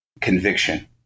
conviction